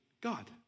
God